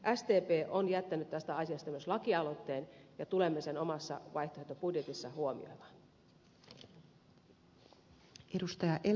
sdp on jättänyt tästä asiasta myös laki aloitteen ja tulemme sen omassa vaihtoehtobudjetissamme huomioimaan